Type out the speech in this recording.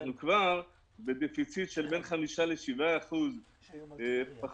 אנחנו כבר בגירעון של בין 5% 7% פחות